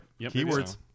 keywords